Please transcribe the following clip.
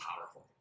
powerful